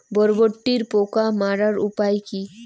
বরবটির পোকা মারার উপায় কি?